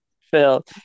Phil